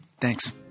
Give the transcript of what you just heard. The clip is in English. thanks